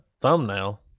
thumbnail